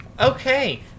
Okay